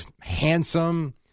handsome